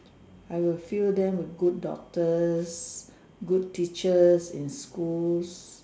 I will fill them with good doctors good teachers in schools